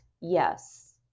Yes